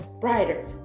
brighter